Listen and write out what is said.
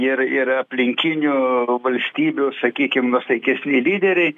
ir ir aplinkinių valstybių sakykim nuosaikesni lyderiai